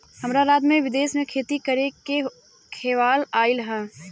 हमरा रात में विदेश में खेती करे के खेआल आइल ह